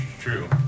true